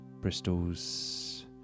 Bristol's